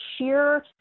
sheer